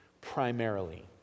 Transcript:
primarily